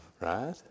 Right